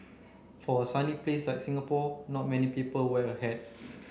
for a sunny place like Singapore not many people wear a hat